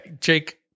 Jake